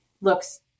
looks